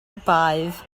baedd